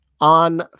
on